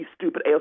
stupid